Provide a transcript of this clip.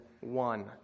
one